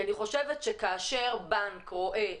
כי אני חושבת שכאשר בנק רואה,